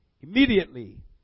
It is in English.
Immediately